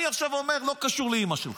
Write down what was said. אני עכשיו אומר, לא קשור לאימא שלו.